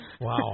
wow